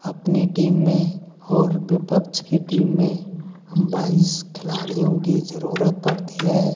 अपनी टीम में और विपक्ष की टीम में हम बाइस खिलाड़ियों की ज़रूरत पड़ती है